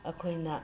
ꯑꯩꯈꯣꯏꯅ